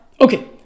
Okay